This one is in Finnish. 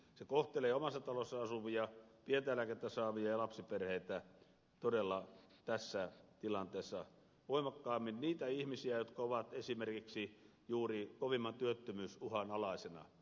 se kohtelee omassa talossa asuvia pientä eläkettä saavia ja lapsiperheitä todella tässä tilanteessa voimakkaammin niitä ihmisiä jotka ovat esimerkiksi juuri kovimman työttömyysuhan alaisina